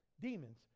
Demons